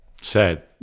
Sad